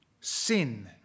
sin